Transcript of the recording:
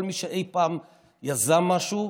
כל מי שאי פעם יזם משהו,